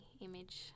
image